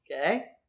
okay